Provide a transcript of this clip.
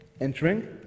Entering